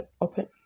open